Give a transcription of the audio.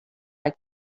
like